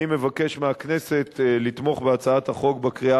אני מבקש מהכנסת לתמוך בהצעת החוק בקריאה